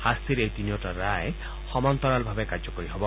শাস্তিৰ এই তিনিওটা ৰায় সমান্তৰালভাৱে কাৰ্যকৰী হ'ব